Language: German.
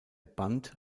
band